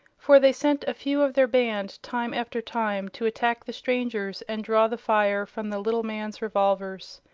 for they sent a few of their band time after time to attack the strangers and draw the fire from the little man's revolvers.